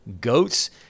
goats